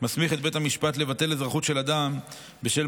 מסמיך את בית המשפט לבטל אזרחות של אדם בשל